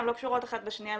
הן לא קשורות אחת בשנייה,